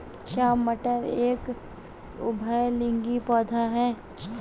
क्या मटर एक उभयलिंगी पौधा है?